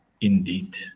indeed